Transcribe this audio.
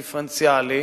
דיפרנציאלי,